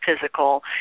physical